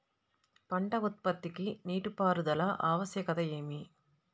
పంట ఉత్పత్తికి నీటిపారుదల ఆవశ్యకత ఏమి?